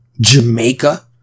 Jamaica